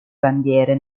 bandiere